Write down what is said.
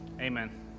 amen